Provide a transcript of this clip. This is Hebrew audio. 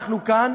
אנחנו כאן